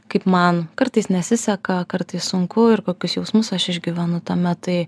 kaip man kartais nesiseka kartais sunku ir kokius jausmus aš išgyvenu tame tai